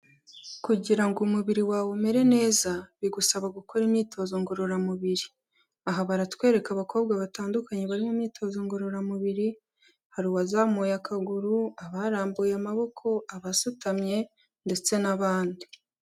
Kugira ngo umubiri wawe umere neza bigusaba gukora imyitozo ngororamubiri, aha baratwereka abakobwa batandukanye barimo imyitozo ngororamubiri hari uwazamuye akaguru, abarambuye amaboko, abasutamye ndetse n'abandi.